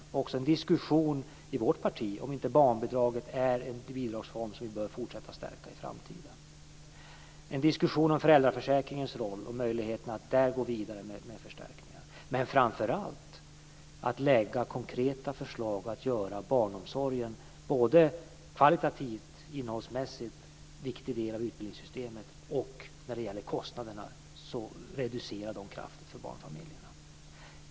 Vi har också fört en diskussion i vårt parti om inte barnbidraget är den bidragsform som vi bör fortsätta att stärka i framtiden. Vi har fört en diskussion om föräldraförsäkringens roll och möjligheterna att där gå vidare med förstärkningar. Men det handlar framför allt om att lägga fram konkreta förslag och att göra barnomsorgen till en kvalitativt, innehållsmässigt, viktig del av utbildningssystemet och reducera kostnaderna kraftigt för barnfamiljerna.